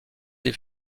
des